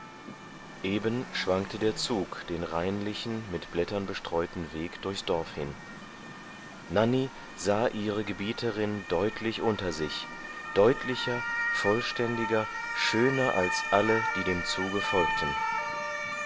eben schwankte der zug den reinlichen mit blättern bestreuten weg durchs dorf hin nanny sah ihre gebieterin deutlich unter sich deutlicher vollständiger schöner als alle die dem zuge folgten